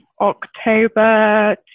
October